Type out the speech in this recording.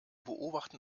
beobachten